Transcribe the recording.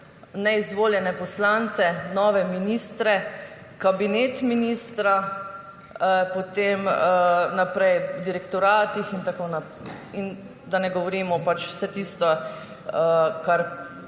neizvoljene poslance, nove ministre, kabinet ministra, potem naprej na direktoratih in tako naprej, da ne govorimo pač o vsem tistem, kar